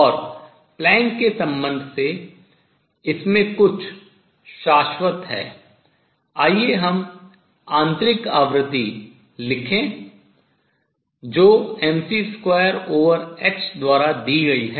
और प्लैंक के संबंध Planck's relationship से इसमें कुछ शाश्वत है आइए हम आंतरिक आवृत्ति लिखें जो mc2h द्वारा दी गई है